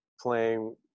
playing